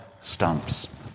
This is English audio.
stumps